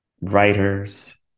writers